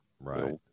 Right